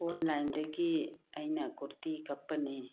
ꯑꯣꯟꯂꯥꯏꯟꯗꯒꯤ ꯑꯩꯅ ꯀꯨꯔꯇꯤ ꯀꯀꯄꯅꯤ